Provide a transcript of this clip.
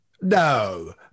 No